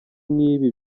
nk’ibi